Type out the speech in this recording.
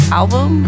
album